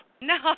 No